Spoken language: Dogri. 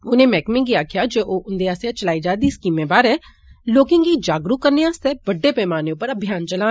उनें मैहकमे गी आक्खेया जे ओ उन्दे आसेया चलाई जा रदी स्कीमें बारै लोकें गी जागरुक करने आस्तै बड्डे पैमाने उप्पर अभियान चलान